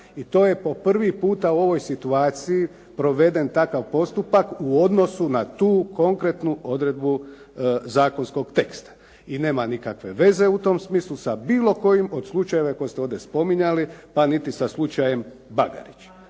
I to je po prvi puta u ovoj situaciji proveden takav postupak u odnosu na tu konkretnu odredbu zakonskog teksta i nema nikakve veze u tom smislu sa bilo kojim od slučajeva koje ste ovdje spominjali, pa niti sa slučajem Bagarić.